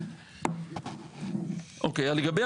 לגבי